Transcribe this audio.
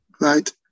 right